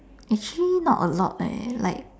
actually not a lot leh like